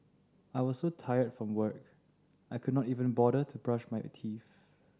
I was so tired from work I could not even bother to brush my teeth